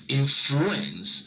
influence